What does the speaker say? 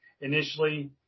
initially